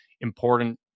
important